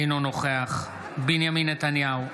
אינו נוכח בנימין נתניהו,